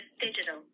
digital